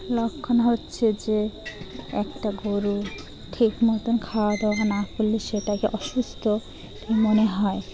লক্ষণ হচ্ছে যে একটা গরু ঠিক মতন খাওয়া দাওয়া না করলে সেটাকে অসুস্থ মনে হয়